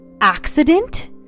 Accident